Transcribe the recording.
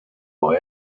boy